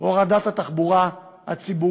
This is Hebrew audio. הורדת תעריפי התחבורה הציבורית,